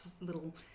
little